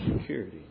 Security